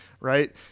right